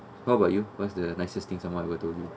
how about you what's the nicest thing someone ever told you